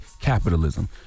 capitalism